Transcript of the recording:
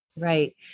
Right